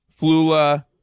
Flula